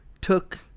took